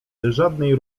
żadnej